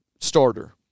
starter